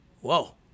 Whoa